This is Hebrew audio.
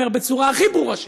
אומר בצורה הכי ברורה שיש: